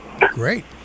Great